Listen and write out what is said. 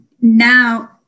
now